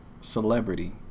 celebrity